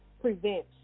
prevents